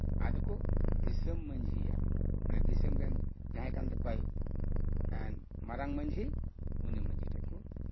ᱟᱫᱚ ᱠᱚ ᱫᱤᱥᱚᱢ ᱢᱟᱺᱡᱷᱤᱭᱟ ᱢᱟᱱᱮ ᱫᱤᱥᱚᱢ ᱨᱮᱱ ᱡᱟᱦᱟᱸᱭ ᱠᱟᱱ ᱛᱟᱠᱳᱟᱭ ᱢᱟᱨᱟᱝ ᱢᱟᱺᱡᱷᱤ ᱩᱱᱤ ᱢᱟᱺᱡᱷᱤ ᱴᱷᱮᱱ ᱠᱚ